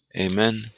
Amen